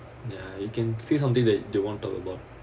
ya you can say something that they want talk about